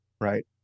right